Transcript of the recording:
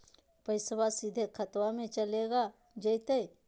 पैसाबा सीधे खतबा मे चलेगा जयते?